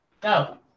Go